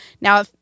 Now